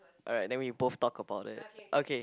alright then we both talk about it okay